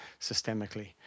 systemically